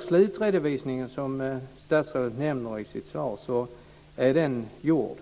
Slutredovisningen, som statsrådet nämner i sitt svar, är nu gjord.